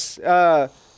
yes